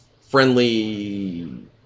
friendly